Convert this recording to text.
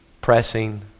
pressing